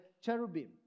cherubim